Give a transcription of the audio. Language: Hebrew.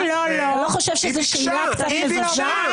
אתה לא חושב שזו שאלה קצת מבזה?